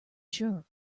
sure